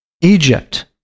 egypt